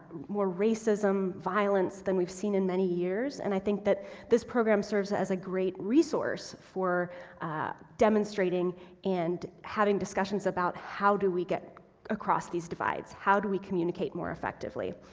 more racism, and violence than we've seen in many years and i think that this program serves as a great resource for demonstrating and having discussions about how do we get across these divides. how do we communicate more effectively?